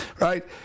right